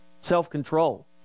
self-control